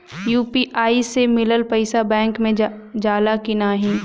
UPI से मिलल पईसा बैंक मे जाला की नाहीं?